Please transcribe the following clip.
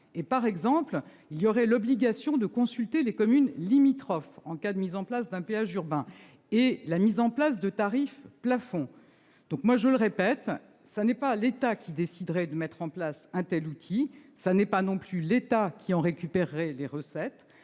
: obligation serait faite de consulter les communes limitrophes en cas de mise en place d'un péage urbain et de fixer des tarifs plafonds. Je le répète : ce n'est pas l'État qui déciderait de mettre en place un tel outil et ce n'est pas non plus l'État qui en récupérerait les recettes.